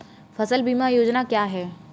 फसल बीमा योजना क्या है?